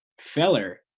Feller